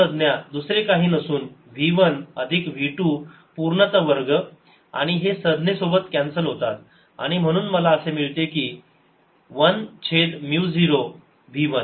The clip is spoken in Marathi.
ही संज्ञा दुसरे काही नसून v 1अधिक v 2 पूर्ण चा वर्ग आणि हे संज्ञेसोबत कॅन्सल होतात आणि म्हणून मला असे मिळते की 1 छेद म्यू 0 v 1